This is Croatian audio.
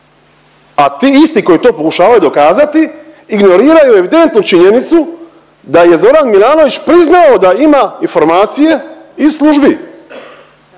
A ti isti koji to pokušavaju dokazati ignoriraju evidentnu činjenicu da je Zoran Milanović priznao da ima informacije iz službi.